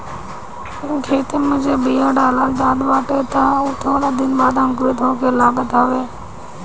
खेते में जब बिया डालल जात बाटे तअ उ थोड़ दिन बाद अंकुरित होखे लागत हवे